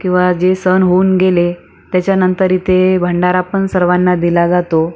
किंवा सण होऊन गेले त्याच्यानंतर इथे भंडारा पण सर्वांना दिला जातो